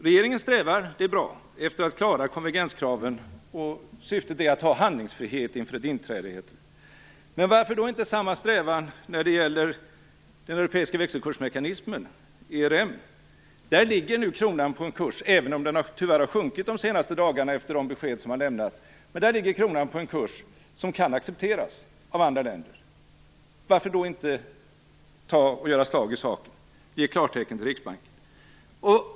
Regeringen strävar - och det är bra - efter att klara konvergenskraven, och syftet är att ha handlingsfrihet inför ett inträde, heter det. Men varför har man då inte samma strävan när det gäller den europeiska växelkursmekanismen, ERM? Kronan ligger nu på en kurs - även om den tyvärr har sjunkit de senaste dagarna efter de besked som har lämnats - som kan accepteras av andra länder. Varför då inte göra slag i saken och ge klartecken till Riksbanken?